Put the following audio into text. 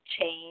change